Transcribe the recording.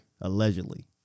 Allegedly